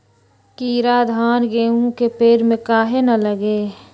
कीरा धान, गेहूं के पेड़ में काहे न लगे?